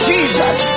Jesus